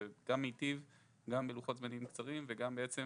זה מיטיב גם בלוחות זמנים הקצרים וגם בעצם